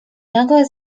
nagle